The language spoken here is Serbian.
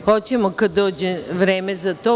Hoćemo kada dođe vreme za to.